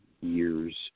years